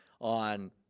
on